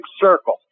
circle